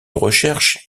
recherche